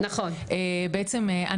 בעצם,